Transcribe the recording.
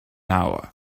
hour